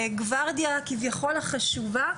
הגוורדיה הכביכול החשובה,